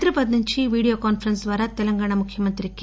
హైదరాబాద్ నుంచి video conference ద్వారా తెలంగాణ ముఖ్యమంత్రి కె